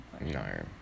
No